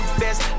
best